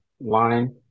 line